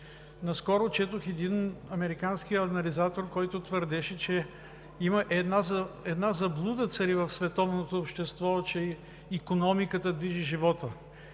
Наскоро четох един американски анализатор, който твърдеше, че една заблуда цари в световното общество, че икономиката движи живота